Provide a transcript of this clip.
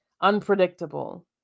unpredictable